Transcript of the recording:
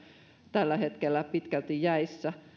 tällä hetkellä pitkälti jäissä